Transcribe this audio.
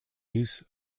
use